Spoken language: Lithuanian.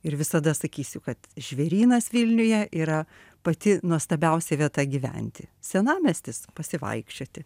ir visada sakysiu kad žvėrynas vilniuje yra pati nuostabiausia vieta gyventi senamiestis pasivaikščioti